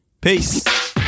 Peace